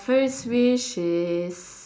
first wish is